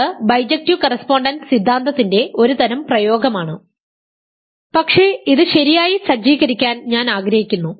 ഇത് bijective correspondence സിദ്ധാന്തത്തിന്റെ ഒരു തരം പ്രയോഗമാണ് പക്ഷേ ഇത് ശരിയായി സജ്ജീകരിക്കാൻ ഞാൻ ആഗ്രഹിക്കുന്നു